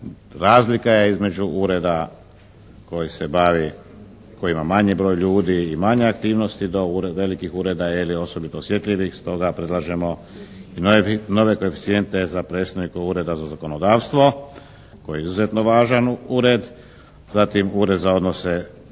razlika je između ureda koji se bavi, koji ima manji broj ljudi i manje aktivnosti, do velikih ureda, osobito osjetljivih. Stoga predlažemo nove koeficijente za predstojnike Ureda za zakonodavstvo, koji je izuzetno važan ured. Zatim Ured za odnose sa